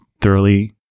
thoroughly